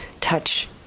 touch